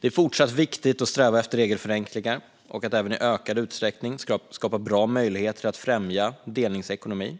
Det är fortsatt viktigt att sträva efter regelförenklingar och att även i ökad utsträckning skapa bra möjligheter att främja delningsekonomin.